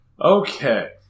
Okay